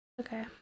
Okay